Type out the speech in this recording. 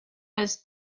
was